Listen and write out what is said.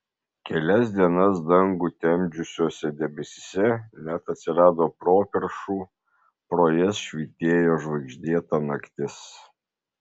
kelias dienas dangų temdžiusiuose debesyse net atsirado properšų pro jas švytėjo žvaigždėta naktis